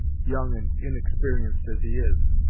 young and inexper'enced as he is.